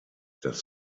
dass